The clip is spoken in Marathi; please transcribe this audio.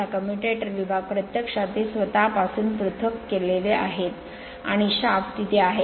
हा कम्युटेटर विभाग प्रत्यक्षात ते स्वतःपासून पृथक् केलेले आहेत आणि शाफ्ट तिथे आहे